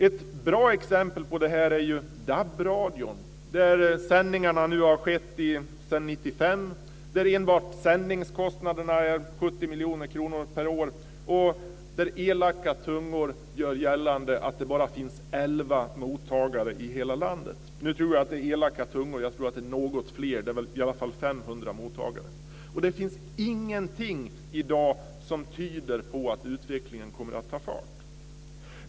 Ett bra exempel på detta är DAB-radion, där sändningar nu har pågått sedan 1995. Enbart sändningskostnaderna är 70 miljoner kronor per år, och elaka tungor gör gällande att det bara finns elva mottagare i hela landet. Nu tror jag att det är elaka tungor, jag tror att det är något fler, i alla fall 500 mottagare. Men det finns ingenting i dag som tyder på att utvecklingen kommer att ta fart.